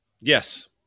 Yes